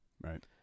Right